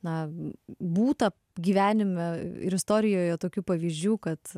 na būta gyvenime ir istorijoje tokių pavyzdžių kad